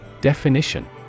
Definition